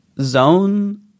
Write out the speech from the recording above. zone